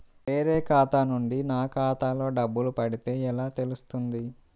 వేరే ఖాతా నుండి నా ఖాతాలో డబ్బులు పడితే ఎలా తెలుస్తుంది?